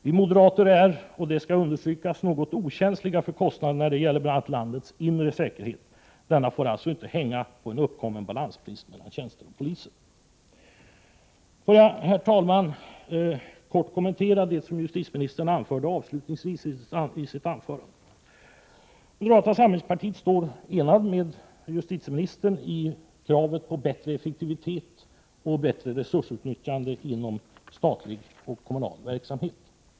Vi moderater är — och det skall understrykas — något okänsliga för kostnader när det gäller bl.a. landets inre säkerhet; denna får alltså inte hänga på om det uppkommer balansbrist mellan antalet tjänster och antalet poliser. Får jag, herr talman, kort kommentera det som justitieministern anförde avslutningsvis i sitt anförande. Vi inom moderata samlingspartiet är eniga med justitieministern i kravet på ökad effektivitet och bättre resursutnyttjande inom statlig och kommunal verksamhet.